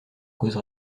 cause